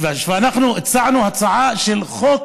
ואנחנו הצענו הצעת חוק